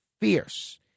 fierce